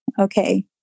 Okay